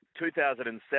2007